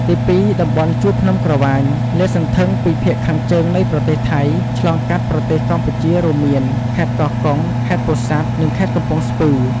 ទីពីរ តំបន់ជួរភ្នំក្រវាញ លាតសន្ធឹងពីភាគខាងជើងនៃប្រទេសថៃ ឆ្លងកាត់ប្រទេសកម្ពុជា រួមមាន ខេត្តកោះកុង ខេត្តពោធិ៍សាត់ និងខេត្តកំពង់ស្ពឺ។